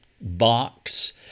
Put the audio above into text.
box